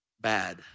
bad